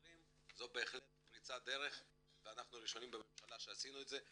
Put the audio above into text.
זו בהחלט פריצת דרך ואנחנו הראשונים בממשלה שעשינו את זה,